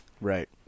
Right